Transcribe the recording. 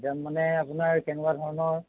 কিতাপ মানে আপোনাৰ কেনকুৱা ধৰণৰ